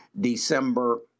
December